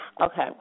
Okay